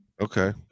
Okay